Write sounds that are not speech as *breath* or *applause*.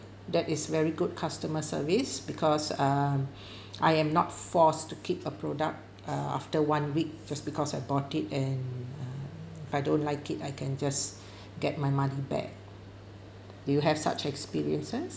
that is very good customer service because um *breath* I am not forced to keep a product uh after one week just because I bought it and uh I don't like it I can just get my money back do you have such experiences